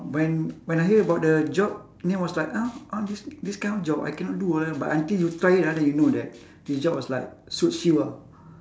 when when I hear about the job then I was like oh oh this this kind of job I cannot do ah but until you try it ah then you know that this job was like suits you ah